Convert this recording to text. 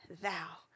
thou